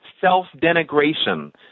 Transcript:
self-denigration